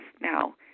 now